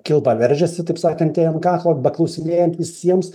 kilpa veržiasi taip sakant jai ant kaklo beklausinėjant visiems